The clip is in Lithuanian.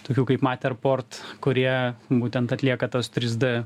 tokių kaip mater port kurie būtent atlieka tas tris d